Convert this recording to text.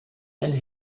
and